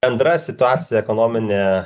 bendra situacija ekonominė